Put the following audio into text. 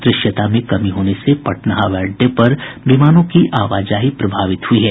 दृश्यता में कमी होने से पटना हवाई अड्डे पर विमानों की आवाजाही प्रभावित हुई है